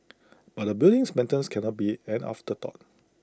but A building's maintenance cannot be an afterthought